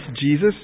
Jesus